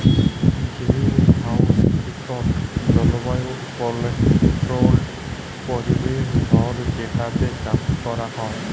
greenhouse ইকট জলবায়ু controlled পরিবেশ ঘর যেটতে চাষ ক্যরা হ্যয়